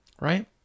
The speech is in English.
Right